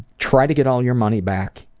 try to get all your money back,